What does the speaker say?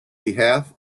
behalf